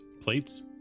Plates